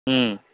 ହୁଁ